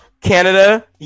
Canada